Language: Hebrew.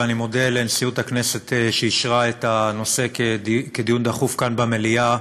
ואני מודה לנשיאות הכנסת שאישרה את הנושא כדיון דחוף כאן במליאה.